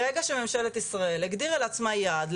ברגע שממשלת ישראל הגדירה לעצמה יעד,